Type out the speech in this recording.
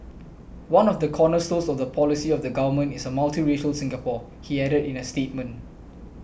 one of the cornerstones of the policy of the Government is a multiracial Singapore he added in a statement